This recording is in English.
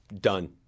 done